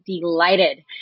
delighted